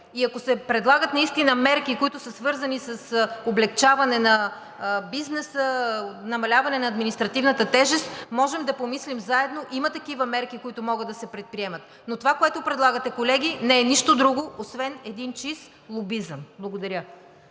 и ако се предлагат наистина мерки, които са свързани с облекчаване на бизнеса, намаляване на административната тежест, може да помислим заедно – има такива мерки, които могат да се предприемат. Но това, което предлагате, колеги, не е нищо друго освен един чист лобизъм. Благодаря.